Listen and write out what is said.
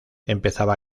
empezaba